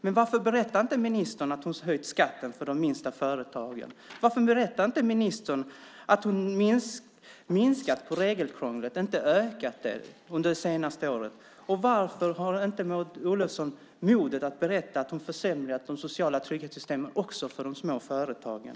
Men varför berättar inte ministern att hon höjt skatten för de minsta företagen? Varför berättar inte ministern att hon minskat regelkrånglet, inte ökat det, under det senaste året? Och varför har inte Maud Olofsson modet att berätta att hon försämrat de sociala trygghetssystemen också för de små företagen?